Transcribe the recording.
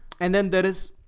and then there is.